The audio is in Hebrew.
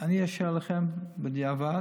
אני אאשר לכם בדיעבד.